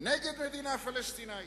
נגד מדינה פלסטינית,